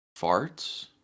farts